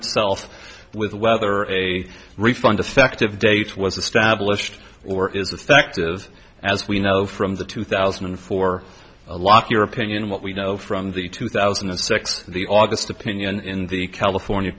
itself with whether a refund effective date was established or is effective as we know from the two thousand and four lock your opinion what we know from the two thousand and six the august opinion in the california